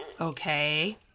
okay